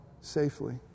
safely